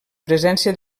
presència